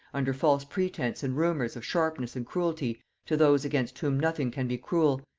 under false pretence and rumors of sharpness and cruelty to those against whom nothing can be cruel,